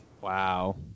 Wow